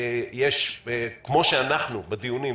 כמו שאנחנו בדיונים,